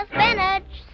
Spinach